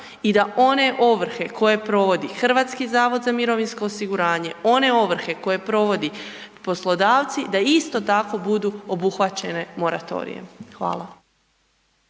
i da one ovrhe koje provodi HZMO, one ovrhe koje provode poslodavci, da isto tako budu obuhvaćene moratorijem. Hvala.